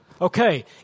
Okay